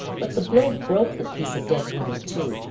but the blow broke the piece of dead wood in two,